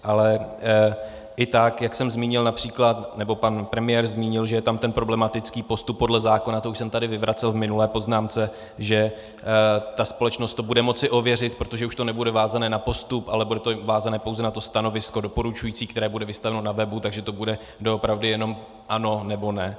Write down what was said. Ale i tak, jak jsem zmínil, nebo pan premiér zmínil, že je tam ten problematický postup podle zákona, to už jsem tady vyvracel v minulé poznámce, že ta společnost to bude moci ověřit, protože už to nebude vázané na postup, ale bude to vázané pouze na to doporučující stanovisko, které bude vystaveno na webu, takže to bude doopravdy jenom ano nebo ne.